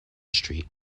street